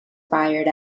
fired